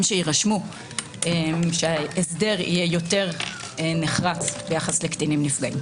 שיירשמו כדי שההסדר יהיה יותר נחרץ ביחס לקטינים נפגעים.